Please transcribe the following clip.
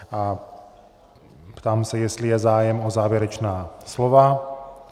A ptám se, jestli je zájem o závěrečná slova.